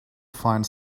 find